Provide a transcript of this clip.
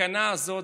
התקנה הזאת,